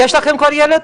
יש לכם כבר ילד?